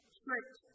strict